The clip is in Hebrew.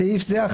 בסעיף זה,